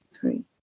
three